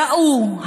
ראו,